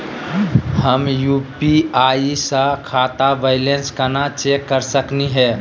हम यू.पी.आई स खाता बैलेंस कना चेक कर सकनी हे?